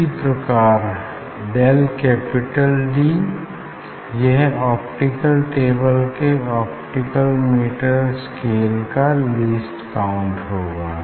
इसी प्रकार del capital D यह ऑप्टिकल टेबल के ऑप्टिकल मीटर स्केल का लीस्ट काउंट होगा